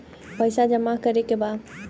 पैसा जमा करे के बा?